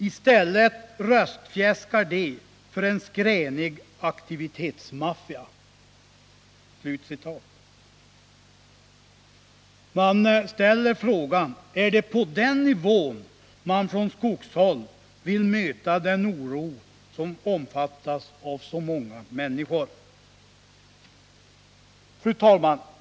I stället röstfjäskar de för en skränig aktivitetsmaffia.” Man ställer sig frågan: Är det på den nivån man från skogshåll vill möta den oro som omfattas av så många människor? Fru talman!